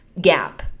gap